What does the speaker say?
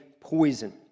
poison